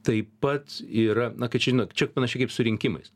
taip pat yra na kaip čia žinot čia panašiai kaip su rinkimais